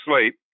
sleep